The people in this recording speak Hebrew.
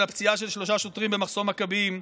הפציעה של שלושה שוטרים במחסום מכבים,